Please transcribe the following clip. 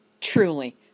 truly